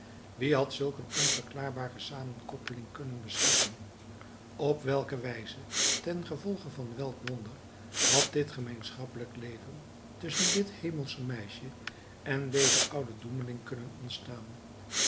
wie had zulk een onverklaarbare samenkoppeling kunnen beschikken op welke wijze ten gevolge van welk wonder had dit gemeenschappelijk leven tusschen dit hemelsche meisje en dezen ouden doemeling kunnen ontstaan